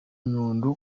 nyundo